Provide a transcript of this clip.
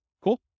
Cool